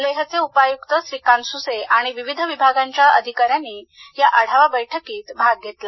लेहचे उप आयुक्त श्रीकांत सुसे आणि विविध विभागांच्या अधिकाऱ्यानी या आढावा बैठकीत भाग घेतला